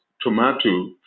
tomato